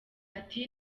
ati